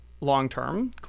long-term